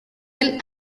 del